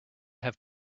have